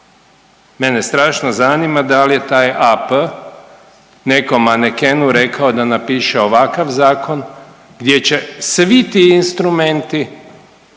Mene strašno zanima da li je taj AP nekom manekenu rekao da napiše ovakav zakon gdje će svi ti instrumenti